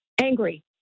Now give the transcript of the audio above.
angry